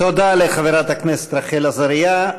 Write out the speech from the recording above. תודה לחברת הכנסת רחל עזריה.